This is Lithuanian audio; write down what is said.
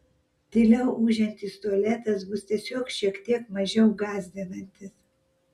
tyliau ūžiantis tualetas bus tiesiog šiek tiek mažiau gąsdinantis